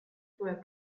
through